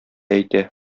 әйтә